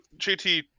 JT